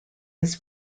his